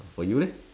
for you leh